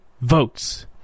votes